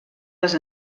les